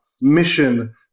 mission